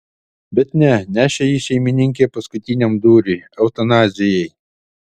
bet ne nešė jį šeimininkė paskutiniam dūriui eutanazijai